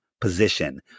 position